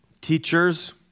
teachers